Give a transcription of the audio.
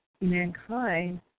mankind